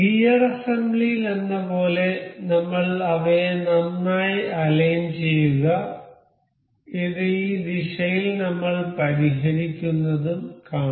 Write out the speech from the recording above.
gear അസംബ്ലിയിലെന്ന പോലെ നമ്മൾ അവയെ നന്നായി അലൈൻ ചെയ്യുക ഇത് ഈ ദിശയിൽ നമ്മൾ പരിഹരിക്കുന്നതും കാണുക